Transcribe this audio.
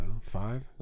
five